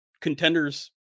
contenders